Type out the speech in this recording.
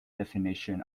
definition